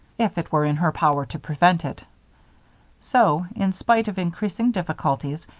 if it were in her power to prevent it so, in spite of increasing difficulties,